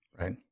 Right